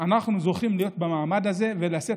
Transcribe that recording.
אנחנו זוכים להיות במעמד הזה ולשאת